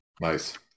Nice